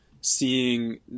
seeing